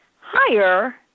higher